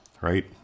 right